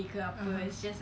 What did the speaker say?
(uh huh)